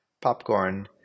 popcorn